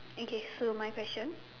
okay so my question